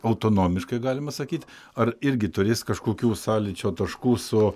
autonomiškai galima sakyt ar irgi turės kažkokių sąlyčio taškų su